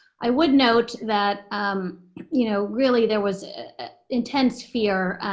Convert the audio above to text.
i would note that um you know really, there was intense fear.